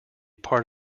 part